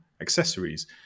accessories